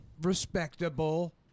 respectable